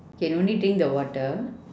can only drink the water